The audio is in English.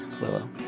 Willow